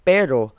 Pero